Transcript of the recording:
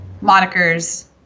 monikers